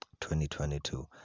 2022